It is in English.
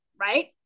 right